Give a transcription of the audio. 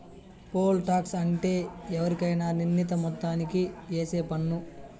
pole tax అంటే ఎవరికైనా నిర్ణీత మొత్తానికి ఏసే పన్ను